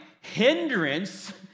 hindrance